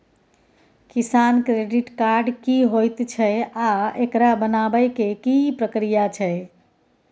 किसान credit card की होयत छै आ एकरा बनाबै के की प्रक्रिया छै?